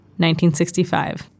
1965